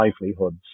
livelihoods